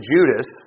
Judas